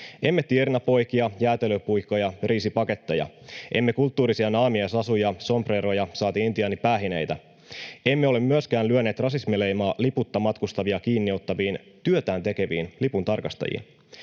emme tiernapoikia, jäätelöpuikkoja, riisipaketteja, emme kulttuurisia naamiaisasuja, sombreroja, saati intiaanipäähineitä. Emme ole myöskään lyöneet rasismileimaa liputta matkustavia kiinni ottaviin, työtään tekeviin lipuntarkastajiin